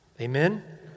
Amen